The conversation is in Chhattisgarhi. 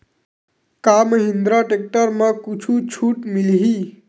का महिंद्रा टेक्टर म कुछु छुट मिलही?